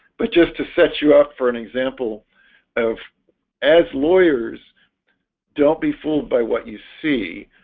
but just to set you up for an example of as lawyers don't be fooled by what you see?